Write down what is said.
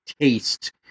taste